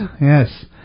Yes